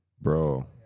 Bro